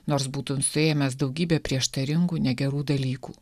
nors būtum suėmęs daugybę prieštaringų negerų dalykų